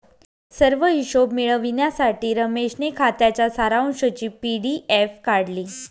सर्व हिशोब मिळविण्यासाठी रमेशने खात्याच्या सारांशची पी.डी.एफ काढली